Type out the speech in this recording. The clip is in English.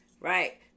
right